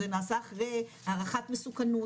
זה נעשה אחרי הערכת מסוכנות,